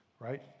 Right